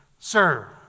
Sir